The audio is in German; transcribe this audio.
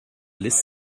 lässt